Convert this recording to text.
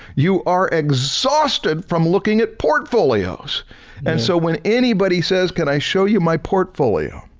you are exhaust and from looking at portfolios and so when anybody says can i show you my portfolio?